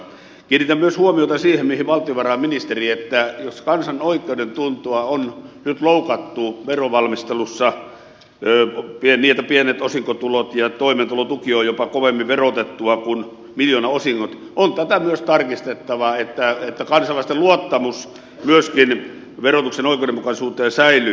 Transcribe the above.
kiinnitän myös huomiota siihen mihin valtiovarainministeri että jos kansan oikeudentuntoa on nyt loukattu verovalmistelussa niin että pienet osinkotulot ja toimeentulotuki ovat jopa kovemmin verotettuja kuin miljoonaosingot on tätä myös tarkistettava niin että kansalaisten luottamus verotuksen oikeudenmukaisuuteen säilyy